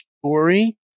story